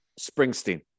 Springsteen